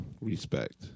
Respect